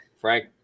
Frank